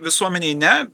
visuomenei ne